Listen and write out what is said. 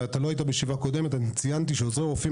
ובישיבה הקודמת ציינתי שעוזרי רופאים